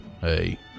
hey